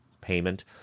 payment